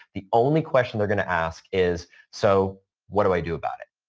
the only question they're going to ask is, so what do i do about it?